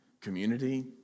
community